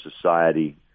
society